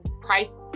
price